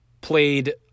played